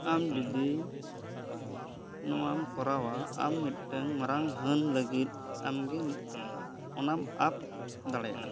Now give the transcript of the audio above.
ᱟᱢ ᱡᱩᱫᱤ ᱱᱚᱣᱟᱢ ᱠᱚᱨᱟᱣᱟ ᱟᱢ ᱢᱤᱫᱴᱟᱝ ᱢᱟᱨᱟᱝ ᱦᱟᱹᱱ ᱞᱟᱹᱜᱤᱫ ᱟᱢᱜᱮ ᱚᱱᱟᱢ ᱟᱫ ᱫᱟᱲᱮᱭᱟᱜᱼᱟ